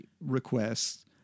requests